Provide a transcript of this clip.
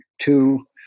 two